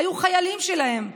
היו חיילים שלהם,